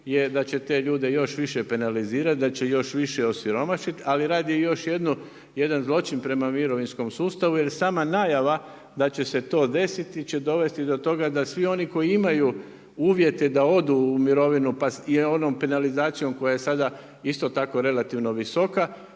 je da će te ljude još više penalizirati, da će još više osiromašit ali rade još jedan zločin prema mirovinskom sustavu jer sama najava da će se to desiti će dovesti do toga da svi oni koji imaju uvjete da odu u mirovinu pa je onom penalizacijom koja je sada isto tako relativno visoka